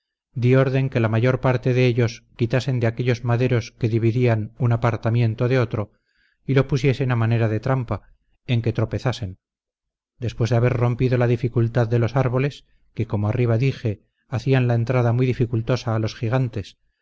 di orden que la mayor parte de ellos quitasen de aquellos maderos que dividían un apartamiento de otro y lo pusiesen a manera de trampa en que tropezasen después de haber rompido la dificultad de los árboles que como arriba dije hacían la entrada muy dificultosa a los gigantes